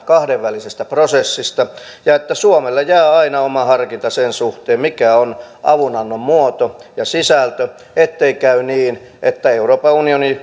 kahdenvälisestä prosessista ja että suomelle jää aina oma harkinta sen suhteen mikä on avunannon muoto ja sisältö ettei käy niin että